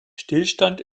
stillstand